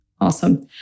Awesome